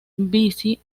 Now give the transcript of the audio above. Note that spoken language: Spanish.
bici